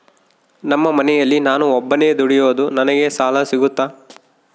ನಮ್ಮ ಮನೆಯಲ್ಲಿ ನಾನು ಒಬ್ಬನೇ ದುಡಿಯೋದು ನನಗೆ ಸಾಲ ಸಿಗುತ್ತಾ?